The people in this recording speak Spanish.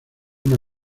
una